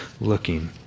looking